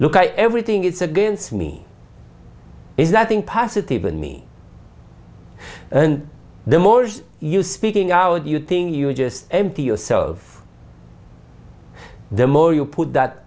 a look at everything is against me is nothing positive in me and the more you speaking out you thing you just empty yourself the more you put that